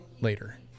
later